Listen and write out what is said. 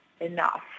enough